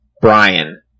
Brian